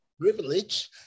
privilege